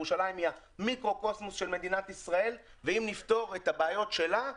ירושלים היא המיקרו קוסמוס של מדינת ישראל ואם נפתור את הבעיות שלה,